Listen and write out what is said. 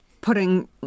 putting